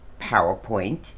powerpoint